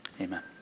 amen